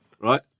right